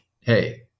Hey